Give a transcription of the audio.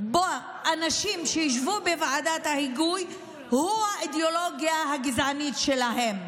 באנשים שישבו בוועדת ההיגוי היא האידיאולוגיה הגזענית שלהם.